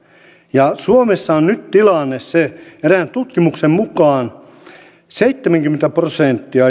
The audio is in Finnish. ja suomessa on nyt tilanne se että erään tutkimuksen mukaan jopa seitsemänkymmentä prosenttia